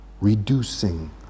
reducing